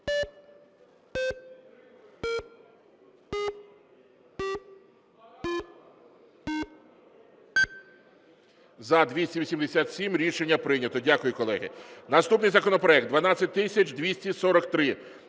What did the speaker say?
За-287 Рішення прийнято. Дякую, колеги. Наступний законопроект 12243.